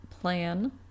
plan